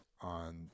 on